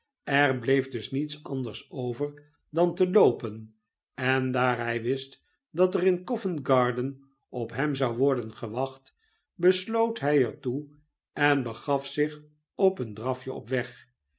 er bleef dus niets anders over dan te loopen en daar hij wist dat er in coventgarden op hem zou worden gewacht besloot hij er toe en begaf zich op een drafje op weg